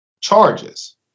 charges